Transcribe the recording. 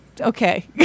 okay